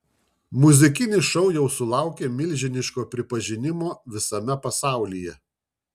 muzikinis šou jau sulaukė milžiniško pripažinimo visame pasaulyje